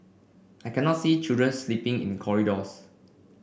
I cannot see children sleeping in corridors